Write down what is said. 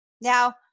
Now